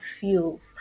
feels